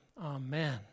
Amen